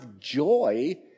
joy